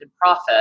profit